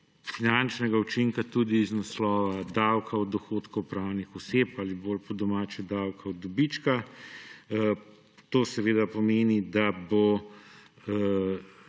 finančnega učinka tudi iz naslova davka od dohodkov pravnih oseb ali bolj po domače davka od dobička. To seveda pomeni, da bo v